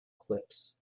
clips